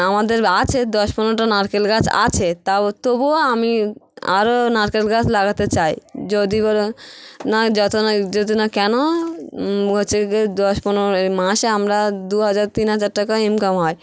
আমাদের আছে দশ পনেরো নারকেল গাছ আছে তাও তবুও আমি আরো নারকেল গাছ লাগাতে চাই যদি বল নাই যত না যদি না কেন হচ্ছে গিয়ে দশ পনেরো মাসে আমরা দু হাজার তিন হাজার টাকা ইনকাম হয়